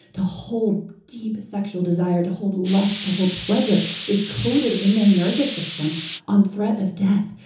to hold deep sexual desire, to hold lust, to hold pleasure is coded in their nervous system on threat of death.